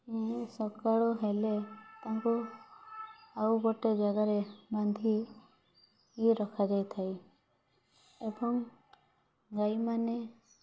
ସକାଳ ହେଲେ ତାଙ୍କୁ ଆଉ ଗୋଟେ ଜାଗାରେ ବାନ୍ଧି ରଖାଯାଇଥାଏ ଏବଂ ଗାଈମାନେ